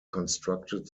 constructed